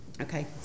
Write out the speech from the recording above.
Okay